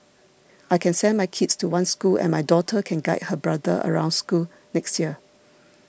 I can send my kids to one school and my daughter can guide her brother around school next year